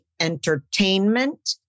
entertainment